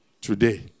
today